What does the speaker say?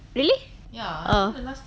really orh